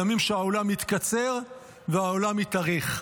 ימים שהעולם מתקצר והעולם מתארך.